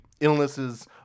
Illnesses